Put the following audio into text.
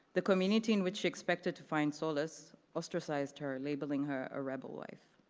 the community in which she expected to find solace ostracized her, labeling her a rebel wife.